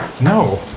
No